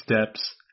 steps